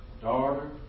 daughter